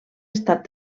estat